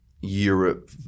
Europe